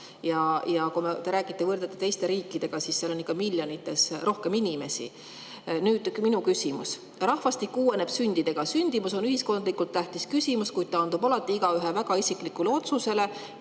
vastasite, võrdlesite meid teiste riikidega, kus on ikka miljonites rohkem inimesi. Nüüd minu küsimus. Rahvastik uueneb sündidega. Sündimus on ühiskondlikult tähtis küsimus, kuid taandub alati igaühe isiklikule otsusele,